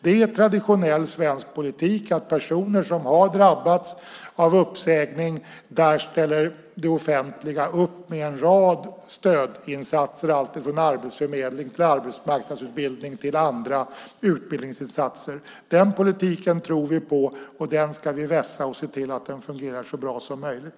Det är traditionell svensk politik att för personer som har drabbats av uppsägning ställer det offentliga upp med en rad stödinsatser alltifrån Arbetsförmedlingen och arbetsmarknadsutbildning till andra utbildningsinsatser. Den politiken tror vi på, och den ska vi vässa och se till att den fungerar så bra som möjligt.